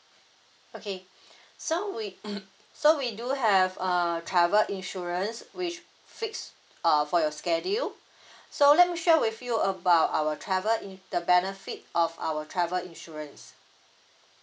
okay so we so we do have uh travel insurance which fix uh for your schedule so let me share with you about our travel in the benefit of our travel insurance